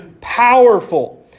powerful